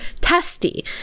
testy